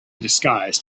disguised